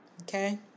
Okay